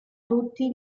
tutti